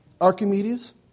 Archimedes